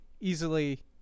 easily